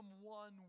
one